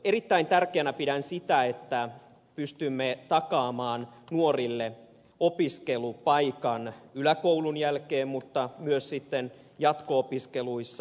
erittäin tärkeänä pidän sitä että pystymme takaamaan nuorille opiskelupaikan yläkoulun jälkeen mutta myös sitten jatko opiskeluissa